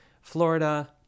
Florida